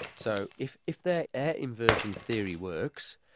so if if their air inversion theory works,